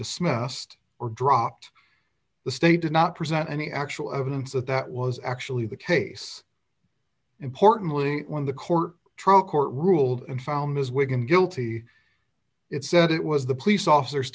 dismissed or dropped the state did not present any actual evidence that that was actually the case importantly when the court trial court ruled and found his wigan guilty it said it was the police officers